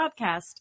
podcast